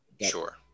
Sure